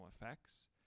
effects